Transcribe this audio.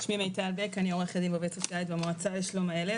אני עורכת דין ועובדת סוציאלית במועצה לשלום הילד,